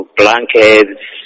blankets